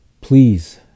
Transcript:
please